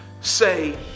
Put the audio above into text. Say